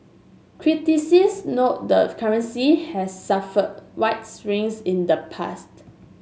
critics note the currency has suffered wild swings in the past